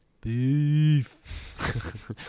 beef